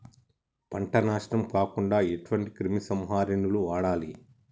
పంట నాశనం కాకుండా ఎటువంటి క్రిమి సంహారిణిలు వాడాలి?